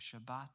Shabbat